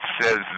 says